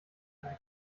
eine